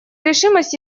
решимость